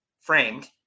framed